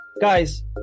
guys